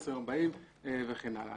ל-2040 וכן הלאה.